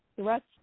threats